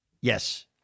Yes